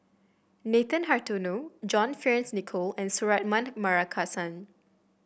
Nathan Hartono John Fearns Nicoll and Suratman Markasan